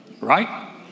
Right